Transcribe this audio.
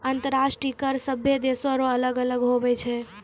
अंतर्राष्ट्रीय कर सभे देसो रो अलग अलग हुवै छै